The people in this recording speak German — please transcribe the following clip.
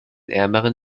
ärmeren